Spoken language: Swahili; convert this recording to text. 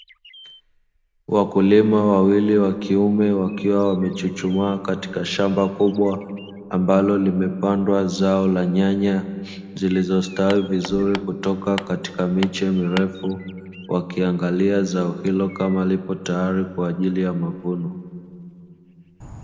Wakulima wawili wa kiume wakiwa wamechuchumaa katika shamba kubwa ambalo limepandwa zao la nyanya zilizostawi vizuri kutoka katika miche mirefu, wakiangalia zao hilo kama lipo tayari kwa ajili ya mavuno.